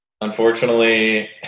unfortunately